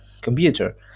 computer